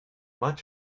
much